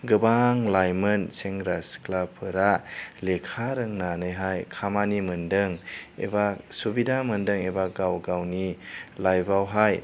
गोबां लाइमोन सेंग्रा सिख्लाफोरा लेखा रोंनानैहाय खामानि मोन्दों एबा सुबिदा मोन्दों एबा गाव गावनि लाइफआवहाय